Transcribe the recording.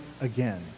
again